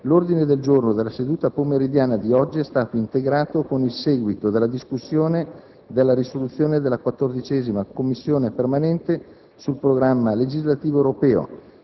l'ordine del giorno della seduta pomeridiana di oggi è stato integrato con il seguito della discussione della risoluzione della 14ª Commissione permanente sul programma legislativo europeo,